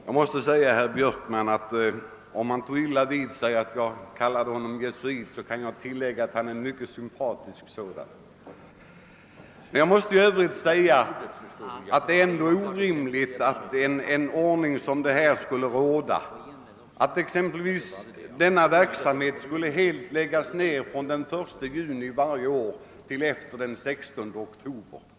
Herr talman! Om herr Björkman tog illa vid sig av att jag kallade honom jesuit kan jag tillägga att han är en mycket sympatisk sådan. Men det är ändå orimligt att införa en ordning som den herr Björkman föreslår. Det skulle innebära att denna verksamhet helt skulle läggas ned från den 1 juli till efter den 16 oktober varje år.